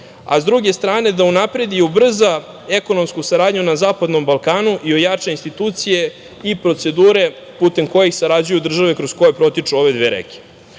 a s druge strane, da unapredi i ubrza ekonomsku saradnju na Zapadnom Balkanu i ojača institucije i procedure putem kojih sarađuju države kroz koje protiču ove dve reke. Ovaj